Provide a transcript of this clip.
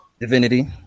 Divinity